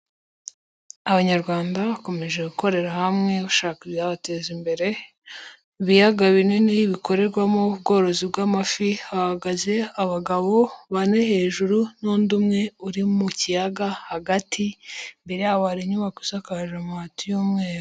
Abanyarwanda bakomeje gukorera hamwe, bashaka ibyabateza imbere, ibiyaga binini bikorerwamo ubworozi bw'amafi, hahagaze abagabo bane hejuru n'undi umwe uri mu kiyaga hagati, imbere yabo hari inyubako isakaje amabati y'umweru.